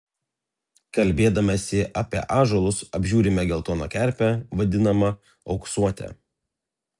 kalbėdamiesi apie ąžuolus apžiūrime geltoną kerpę vadinamą auksuote